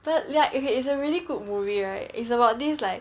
but ya if it's a really good movie right it's about this like